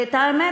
ואת האמת,